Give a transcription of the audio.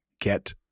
get